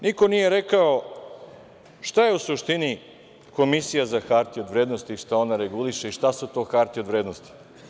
Niko nije rekao šta je u suštini Komisija za hartije od vrednosti i šta ona reguliše i šta su to hartije od vrednosti.